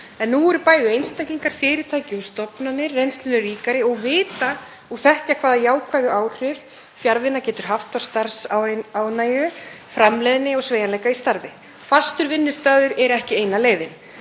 En nú eru bæði einstaklingar, fyrirtæki og stofnanir reynslunni ríkari og þekkja hvaða jákvæðu áhrif fjarvinna getur haft á starfsánægju, framleiðni og sveigjanleika í starfi. Fastur vinnustaður er ekki eina leiðin